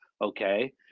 okay